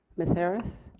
ms. harris?